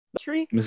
tree